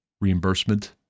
reimbursement